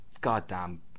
goddamn